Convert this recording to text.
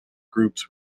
groups